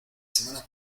semana